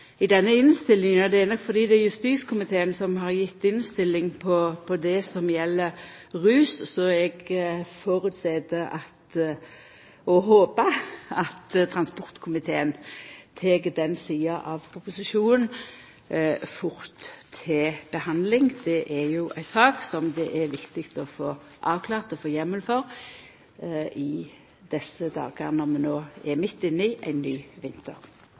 innstillinga. Det er nok fordi det er justiskomiteen som har gjeve innstilling til det som gjeld rus. Så eg føreset og håpar at transportkomiteen tek den sida av proposisjonen fort til behandling. Det er jo ei sak som det er viktig å få avklart og få heimel for i desse dagar når vi no er midt inne i ein ny vinter.